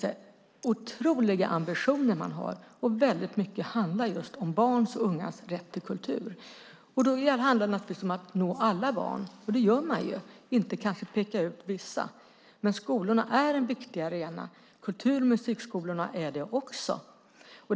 Man har oerhörda ambitioner, och mycket handlar om just barns och ungas rätt till kultur. Då handlar det naturligtvis om att nå alla barn - det gör man - och inte peka ut vissa. Skolorna är en viktig arena. Kultur och musikskolorna är det också.